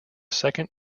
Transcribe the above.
second